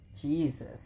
Jesus